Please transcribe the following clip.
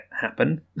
happen